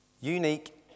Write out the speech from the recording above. Unique